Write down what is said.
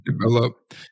develop